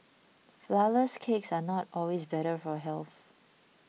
Flourless Cakes are not always better for health